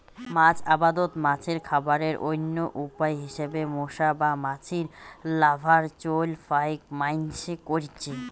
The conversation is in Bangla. মাছ আবাদত মাছের খাবারের অইন্য উপায় হিসাবে মশা বা মাছির লার্ভার চইল ফাইক মাইনষে কইরচে